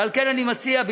ועל כן אני מציע,